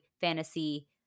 fantasy